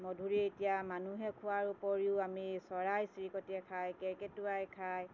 মধুৰী এতিয়া মানুহে খোৱাৰ উপৰিও আমি চৰাই চিৰিকটিয়ে খায় কেৰ্কেটুৱাই খায়